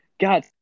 god